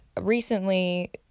recently